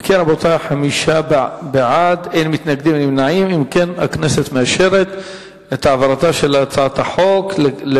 הצעת ועדת הכנסת להעביר את הצעת חוק חתימה אלקטרונית (תיקון מס' 2),